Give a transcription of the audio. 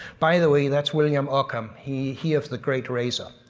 by the way, that's william occam, he he of the great razor.